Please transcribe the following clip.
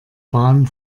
bahn